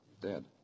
Dead